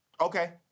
Okay